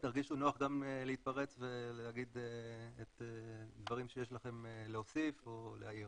תרגישו נוח גם להתפרץ ולהגיד דברים שיש לכם להוסיף או להעיר.